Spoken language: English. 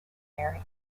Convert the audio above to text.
mary